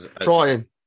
Trying